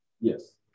Yes